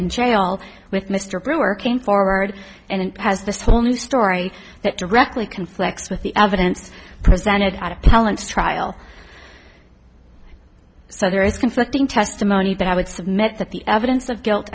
in jail with mr brewer came forward and has this whole new story that directly conflicts with the evidence presented at appellants trial so there is conflicting testimony that i would submit that the evidence of guilt